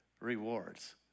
rewards